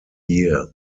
year